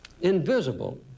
invisible